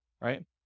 Right